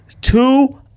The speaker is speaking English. Two-